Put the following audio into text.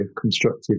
constructive